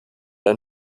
ein